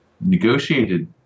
negotiated